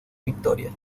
victoria